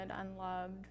unloved